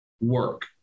work